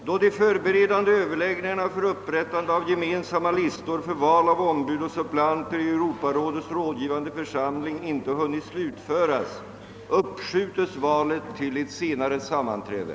Då de förberedande överläggningarna för upprättande av gemensamma listor för val av ombud och suppleanter i Europarådets rådgivande församling icke hunnit slutföras får jag föreslå att valet uppskjutes till ett senare sammanträde.